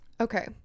Okay